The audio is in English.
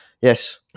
yes